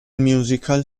musical